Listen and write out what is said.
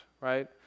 right